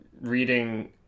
reading